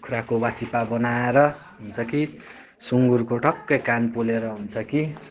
कुखुराको वाचिपा बनाएर हुन्छ कि सुँगुरको टक्कै कान पोलेर हुन्छ कि